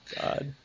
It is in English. god